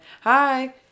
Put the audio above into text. hi